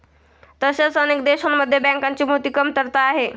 तसेच अनेक देशांमध्ये बँकांची मोठी कमतरता आहे